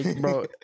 bro